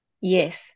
Yes